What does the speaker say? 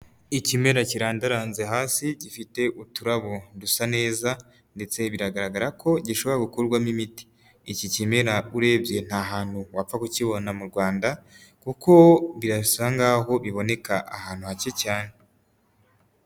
Ikimera kirandaranze hasi, gifite uturabo dusa neza ndetse biragaragara ko gishobora gukorwamo imiti, iki kimera urebye nta hantu wapfa kukibona mu Rwanda, kuko birasa nk'aho biboneka ahantu hake cyane.